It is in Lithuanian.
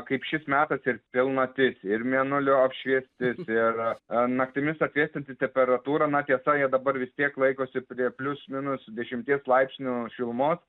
kaip šis metas ir pilnatis ir mėnulio apšviestis ir naktimis atvėsinti temperatūra na tiesa jie dabar vis tiek laikosi prie plius minus dešimties laipsnių šilumos